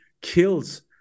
kills